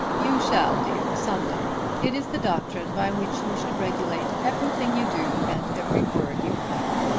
you shall, dear, some day. it is the doctrine by which you should regulate everything you do and every word you utter.